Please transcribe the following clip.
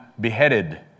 beheaded